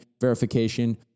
verification